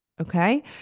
Okay